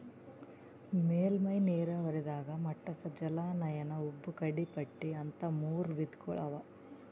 ಮೇಲ್ಮೈ ನೀರಾವರಿದಾಗ ಮಟ್ಟದ ಜಲಾನಯನ ಉಬ್ಬು ಗಡಿಪಟ್ಟಿ ಅಂತ್ ಮೂರ್ ವಿಧಗೊಳ್ ಅವಾ